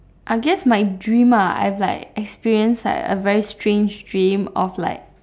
I guess my dream ah I've like experienced like a very strange dream of like